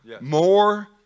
more